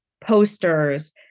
posters